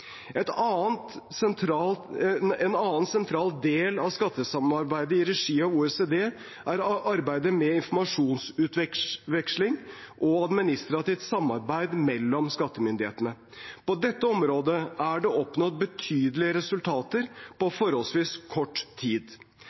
En annen sentral del av skattesamarbeidet i regi av OECD er arbeidet med informasjonsutveksling og administrativt samarbeid mellom skattemyndighetene. På dette området er det oppnådd betydelige resultater på forholdsvis kort tid.